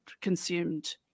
consumed